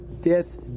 death